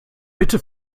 bitte